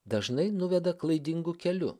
dažnai nuveda klaidingu keliu